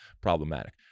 problematic